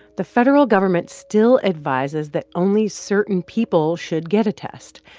the federal government still advises that only certain people should get a test.